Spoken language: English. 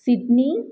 Sydney